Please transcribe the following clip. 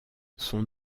son